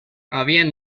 habían